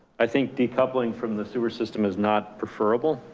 i think decoupling from the sewer system is not preferable.